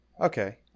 Okay